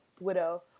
widow